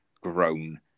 grown